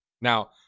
Now